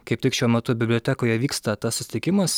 kaip tik šiuo metu bibliotekoje vyksta tas susitikimas